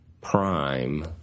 prime